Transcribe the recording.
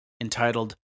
entitled